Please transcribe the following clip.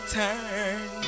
turn